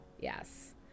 Yes